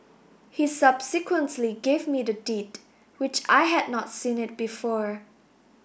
he subsequently gave me the Deed which I had not seen it before